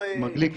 מר גליק,